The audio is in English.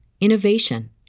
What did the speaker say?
innovation